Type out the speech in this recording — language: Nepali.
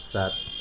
सात